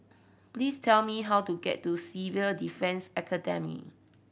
please tell me how to get to Civil Defence Academy